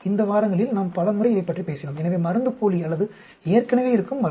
இந்த வாரங்களில் நாம் பல முறை இதைப் பற்றி பேசினோம் எனவே மருந்துப்போலி அல்லது ஏற்கனவே இருக்கும் மருந்து